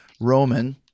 Roman